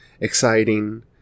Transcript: exciting